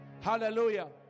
Hallelujah